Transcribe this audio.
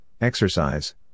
exercise